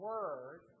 Word